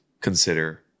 consider